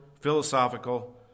philosophical